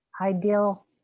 ideal